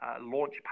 launch